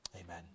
Amen